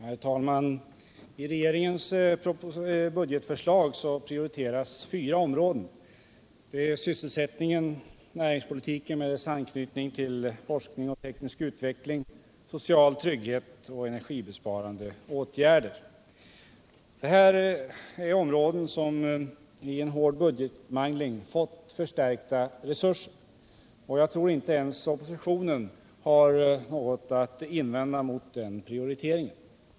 Herr talman! I regeringens budgetförslag prioriteras fyra områden: De här åtgärderna har i en hård budgetmangling fått förstärkta resurser. Jag tror att inte ens oppositionen har något att invända mot den prioriteringen.